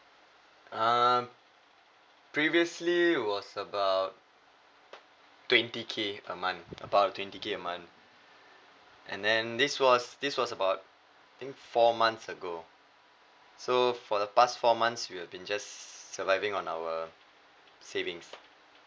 uh previously was about twenty K a month about twenty K a month and then this was this was about I think four months ago so for the past four months we've been just surviving on our savings